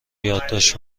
یادداشت